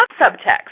subtext